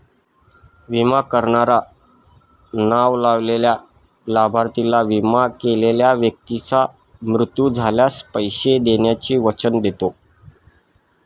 विमा करणारा नाव लावलेल्या लाभार्थीला, विमा केलेल्या व्यक्तीचा मृत्यू झाल्यास, पैसे देण्याचे वचन देतो